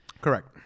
Correct